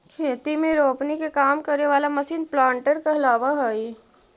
खेती में रोपनी के काम करे वाला मशीन प्लांटर कहलावऽ हई